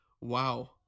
Wow